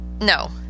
No